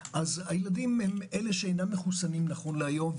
הילדים הם אלה שאינם מחוסנים נכון להיום,